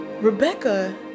Rebecca